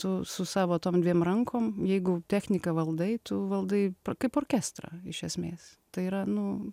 tu su savo tom dviem rankom jeigu techniką valdai tu valdai kaip orkestrą iš esmės tai yra nu